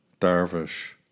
Darvish